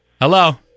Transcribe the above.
Hello